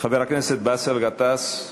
חבר הכנסת באסל גטאס.